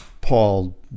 Paul